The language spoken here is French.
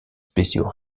spéciaux